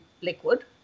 liquid